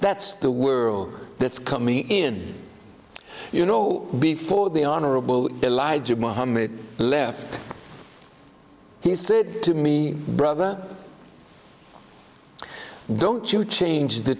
that's the world that's coming in you know before the honorable elijah mohammed left he said to me brother don't you change the